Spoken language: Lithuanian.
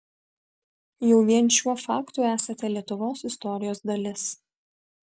jau vien šiuo faktu esate lietuvos istorijos dalis